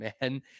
man